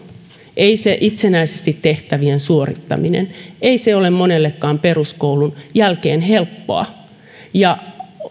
ei se itsenäisesti tehtävien suorittaminen ole monellekaan peruskoulun jälkeen helppoa